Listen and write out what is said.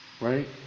right